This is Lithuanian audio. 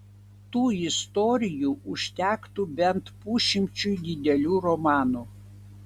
tų istorijų užtektų bent pusšimčiui didelių romanų